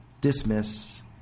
dismiss